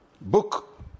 book